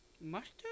Mustard